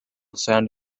sand